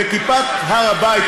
כיפת הר הבית,